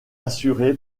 assuré